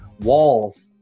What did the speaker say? walls